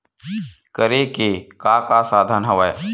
करे के का का साधन हवय?